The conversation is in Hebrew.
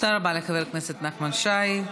תודה רבה לחבר הכנסת נחמן שי.